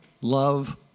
love